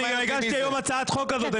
אני הגשתי היום הצעת חוק כזאת.